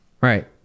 Right